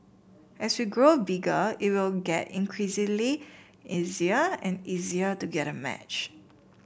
as we grow bigger it will get increasingly easier and easier to get a match